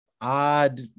odd